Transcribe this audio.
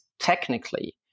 technically